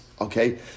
Okay